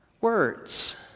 Words